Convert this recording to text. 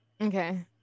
Okay